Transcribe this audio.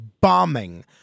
bombing